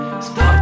Stop